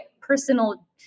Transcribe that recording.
personal